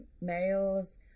males